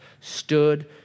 stood